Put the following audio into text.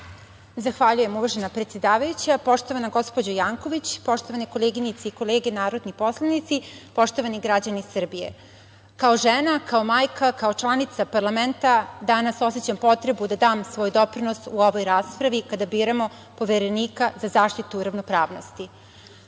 Zahvaljujem. Uvažena predsedavajuća, poštovana gospođo Janković, poštovane koleginice i kolege narodni poslanici, poštovani građani Srbije, kao žena, kao majka, kao članica parlamenta danas osećam potrebu da dam svoj doprinos u ovoj raspravi kada biramo Poverenika za zaštitu ravnopravnosti. Na